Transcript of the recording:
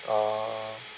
orh